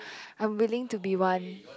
I'm willing to be one